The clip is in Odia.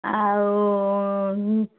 ଆଉ